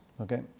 Okay